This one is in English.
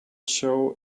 show